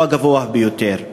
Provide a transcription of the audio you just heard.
הוא הגבוה ביותר.